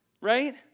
right